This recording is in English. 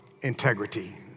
integrity